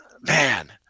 Man